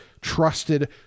trusted